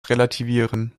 relativieren